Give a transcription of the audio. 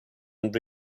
and